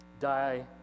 die